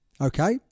Okay